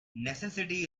necessity